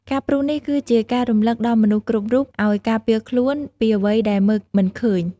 ការព្រុសនេះគឺជាការរំឭកដល់មនុស្សគ្រប់រូបឱ្យការពារខ្លួនពីអ្វីដែលមើលមិនឃើញ។